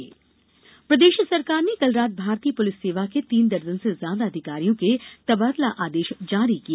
तबादले प्रदेश सरकार ने कल रात भारतीय पुलिस सेवा के तीन दर्जन से ज्यादा अधिकारियों के तबादला आदेश जारी किए